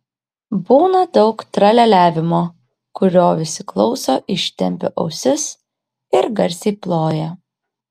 būna daug tralialiavimo kurio visi klauso ištempę ausis ir garsiai ploja